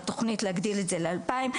והתכונית להגדיל את זה לאלפיים.